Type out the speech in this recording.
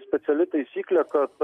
speciali taisyklė kad